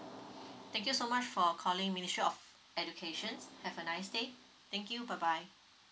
thank you so much for calling ministry of educations have a nice day thank you bye bye